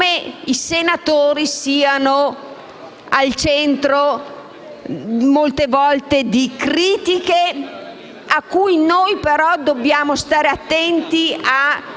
come i senatori siano al centro molte volte di critiche, cui dobbiamo stare attenti,